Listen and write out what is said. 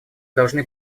должны